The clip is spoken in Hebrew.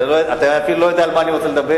אתה אפילו לא יודע על מה אני רוצה לדבר.